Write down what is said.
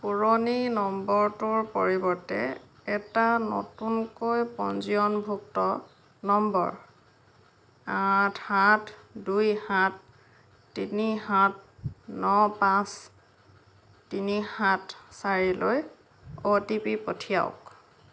পুৰণি নম্বৰটোৰ পৰিৱৰ্তে এটা নতুনকৈ পঞ্জীয়নভুক্ত নম্বৰ আঠ সাত দুই সাত তিনি সাত ন পাঁচ তিনি সাত চাৰিলৈ অ' টি পি পঠিয়াওক